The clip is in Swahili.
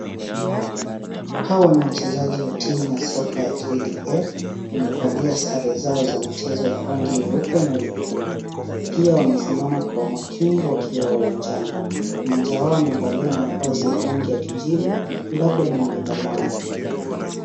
Hawa ni wachezaji wa timu ya soka ya KDF wamevalia sare zao za michezo ya rangi nyeupe na nyekundu, pia wamesimama kwa umakini wakiwa uwanjani, mmoja wao amevaliza mavazi ya rangi ya kijivu labda ni mlinda lango.